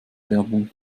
werbung